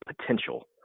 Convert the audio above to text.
potential